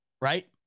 right